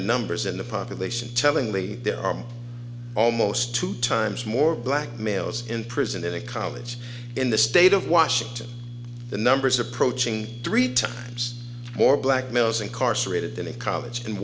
numbers in the population tellingly there are almost two times more black males in prison in a college in the state of washington the numbers approaching three times more black males incarcerated than in college in